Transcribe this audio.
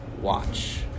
watch